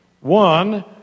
One